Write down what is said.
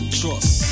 trust